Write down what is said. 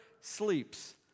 sleeps